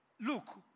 look